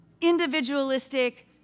individualistic